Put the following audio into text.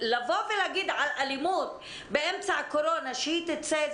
להגיד על אלימות באמצע הקורונה שהיא תצא,